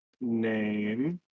name